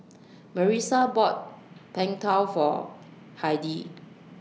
Marisa bought Png Tao For Heidi